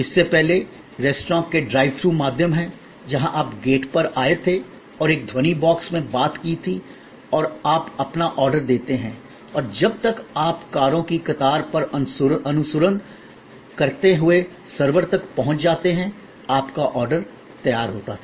इससे पहले रेस्तरां के ड्राइव थ्रू माध्यम है जहां आप गेट पर आए थे और एक ध्वनि बॉक्स में बात की थी और आप अपना ऑर्डर देते हैं और तब तक आप कारों की कतार का अनुसरण करते हुए सर्वर तक पहुंच जाते हैं आपका ऑर्डर तैयार होता था